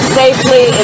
safely